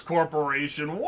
Corporation